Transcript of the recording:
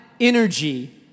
energy